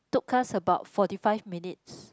took us about forty five minutes